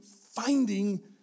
finding